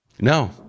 No